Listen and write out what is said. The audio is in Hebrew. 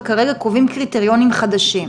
וכרגע קובעים קריטריונים חדשים.